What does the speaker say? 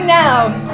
now